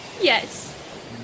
Yes